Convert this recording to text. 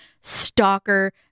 stalker